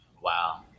Wow